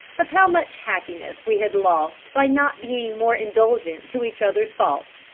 of how much happiness we had lost by not being more indulgent to each other's faults,